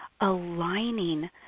aligning